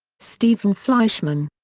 stephen fleischman.